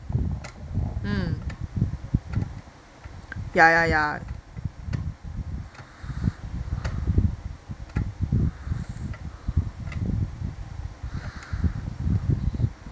ya ya